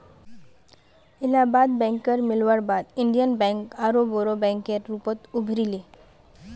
इलाहाबाद बैकेर मिलवार बाद इन्डियन बैंक आरोह बोरो बैंकेर रूपत उभरी ले